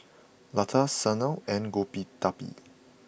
Lata Sanal and Gottipati